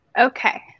Okay